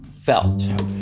felt